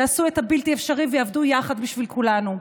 תודה לצוותים שעשו את הבלתי-אפשרי ועבדו יחד בשביל כולנו.